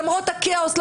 למרות הכאוס,